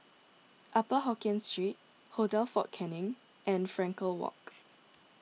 Upper Hokkien Street Hotel fort Canning and Frankel Walk